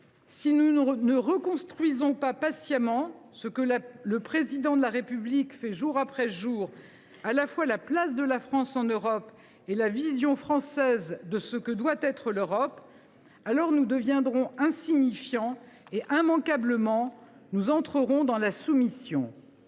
Si nous ne reconstruisons pas patiemment, comme le Président de la République le fait jour après jour, à la fois la place de la France en Europe et la vision française de ce que doit être l’Europe, alors nous deviendrons insignifiants et, immanquablement, nous entrerons dans la soumission.